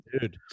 dude